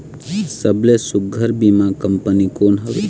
सबले सुघ्घर बीमा कंपनी कोन हवे?